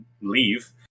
leave